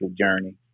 journey